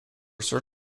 sir